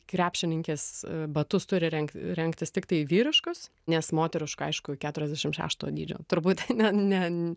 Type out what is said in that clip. krepšininkės batus turi rengt rengtis tiktai vyriškus nes moteriškų aišku keturiasdešimt šešto dydžio turbūt ne ne